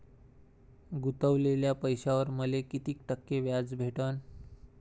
गुतवलेल्या पैशावर मले कितीक टक्के व्याज भेटन?